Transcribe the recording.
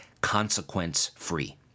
consequence-free